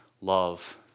love